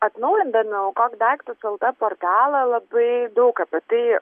atnaujindami aukok daiktus lt portalą labai daug apie tai